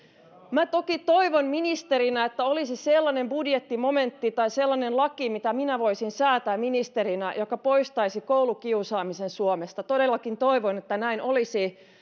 minä toki toivon ministerinä että olisi sellainen budjettimomentti tai sellainen laki minkä minä voisin säätää ministerinä joka poistaisi koulukiusaamisen suomesta todellakin toivon että näin olisi